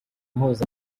mpuza